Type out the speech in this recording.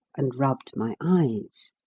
and rubbed my eyes.